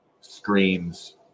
screams